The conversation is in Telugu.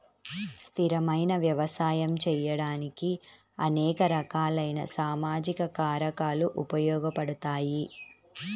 స్థిరమైన వ్యవసాయం చేయడానికి అనేక రకాలైన సామాజిక కారకాలు ఉపయోగపడతాయి